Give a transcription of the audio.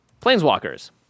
Planeswalkers